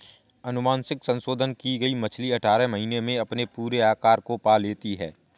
अनुवांशिक संशोधन की गई मछली अठारह महीने में अपने पूरे आकार को पा लेती है